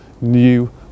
new